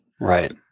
right